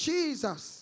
Jesus